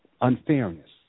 unfairness